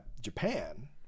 Japan